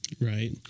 Right